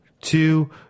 two